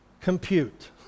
compute